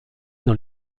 dans